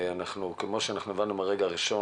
כמו שהבנו מהרגע הראשון,